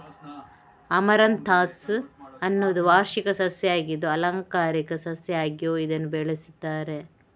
amaranthus ಅನ್ನುದು ವಾರ್ಷಿಕ ಸಸ್ಯ ಆಗಿದ್ದು ಆಲಂಕಾರಿಕ ಸಸ್ಯ ಆಗಿಯೂ ಇದನ್ನ ಬೆಳೆಸ್ತಾರೆ